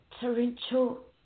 torrential